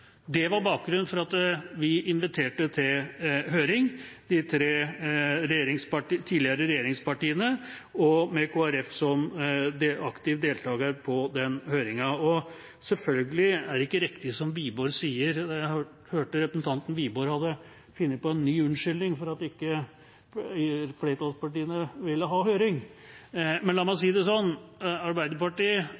Det var bakgrunnen for at vi inviterte til høring – de tre tidligere regjeringspartiene og med Kristelig Folkeparti som aktiv deltaker på den høringen. Selvfølgelig er det ikke riktig som Wiborg sier – jeg hørte representanten Wiborg hadde funnet på en ny unnskyldning for at ikke flertallspartiene ville ha høring. Men la meg si det sånn: Arbeiderpartiet,